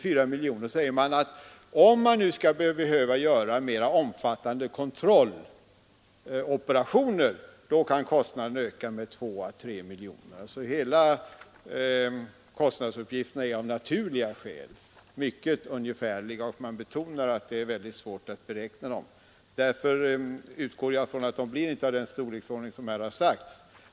Vidare sägs det att om man behöver göra mera omfattande kontrolloperationer kan kostnaderna öka med 2 å 3 miljoner. Kostnadsuppgifterna är sålunda av naturliga skäl mycket ungefärliga, och det betonas att kostnaderna är mycket svåra att beräkna. Därför utgår jag från att de inte blir av den storleksordning som här har sagts.